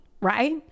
right